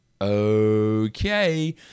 Okay